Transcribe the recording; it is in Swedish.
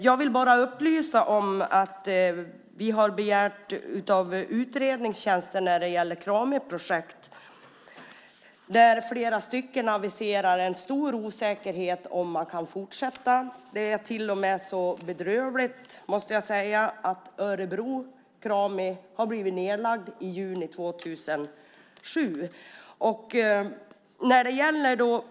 Jag vill bara upplysa om att vi har begärt en utredning av utredningstjänsten när det gäller Kramiprojekt. Många uttrycker där en stor osäkerhet om ifall det kan fortsätta. Det är till och med så bedrövligt, måste jag säga, att Örebro Krami blev nedlagt i juni 2007.